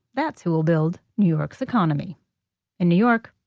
that's who will build new york's economy in new york,